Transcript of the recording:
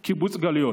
קיבוץ גלויות,